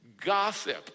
Gossip